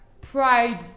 pride